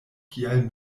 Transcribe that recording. kial